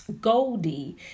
Goldie